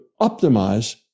optimize